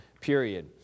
period